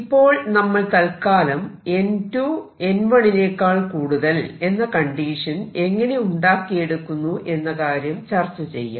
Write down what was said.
ഇപ്പോൾ നമ്മൾ തത്കാലം n2 n1 എന്ന കണ്ടീഷൻ എങ്ങനെ ഉണ്ടാക്കിയെടുക്കുന്നു എന്ന കാര്യം ചർച്ച ചെയ്യാം